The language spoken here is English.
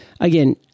again